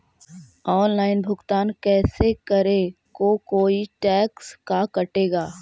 Online भुगतान करे को कोई टैक्स का कटेगा?